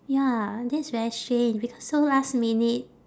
ya that's very strange because so last minute